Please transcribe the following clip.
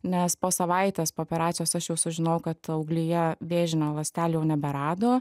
nes po savaitės po operacijos aš jau sužinojau kad auglyje vėžinių ląstelių neberado